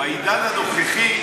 בעידן הנוכחי,